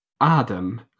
Adam